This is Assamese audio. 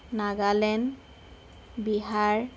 নাগালেণ্ড বিহাৰ